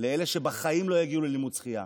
לאלה שבחיים לא יגיעו ללימוד שחייה,